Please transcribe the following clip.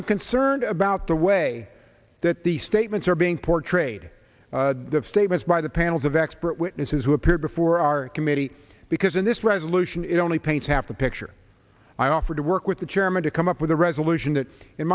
i'm concerned about the way that these statements are being portrayed the statements by the panels of expert witnesses who appeared before our committee because in this resolution it only paints half the picture i offered to work with the chairman to come up with a resolution that in